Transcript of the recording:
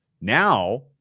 now